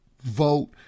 vote